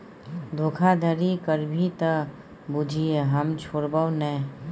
धोखाधड़ी करभी त बुझिये हम छोड़बौ नै